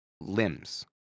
Limbs